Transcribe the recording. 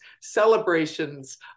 celebrations